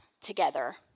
together